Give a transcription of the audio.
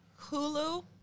hulu